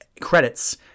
credits